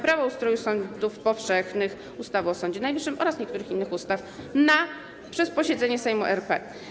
Prawo o ustroju sądów powszechnych, ustawy o Sądzie Najwyższym oraz niektórych innych ustaw, na posiedzeniu Sejmu RP.